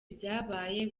byabaye